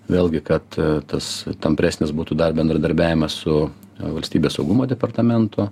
vėlgi kad tas tampresnis būtų dar bendradarbiavimas su valstybės saugumo departamentu